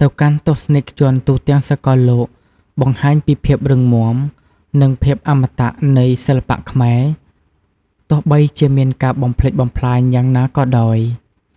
ទៅកាន់ទស្សនិកជនទូទាំងសកលលោក បង្ហាញពីភាពរឹងមាំ និងភាពអមតៈនៃសិល្បៈខ្មែរ ទោះបីជាមានការបំផ្លិចបំផ្លាញយ៉ាងណាក៏ដោយ។